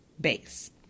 base